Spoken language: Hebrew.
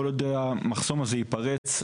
במידה והמחסום הזה ייפרץ,